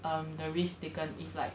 um the risk taken if like